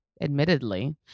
admittedly